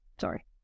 sorry